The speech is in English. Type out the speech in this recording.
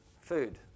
food